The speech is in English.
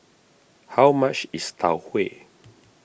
how much is Tau Huay